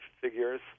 figures